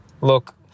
look